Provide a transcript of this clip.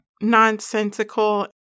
nonsensical